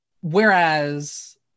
Whereas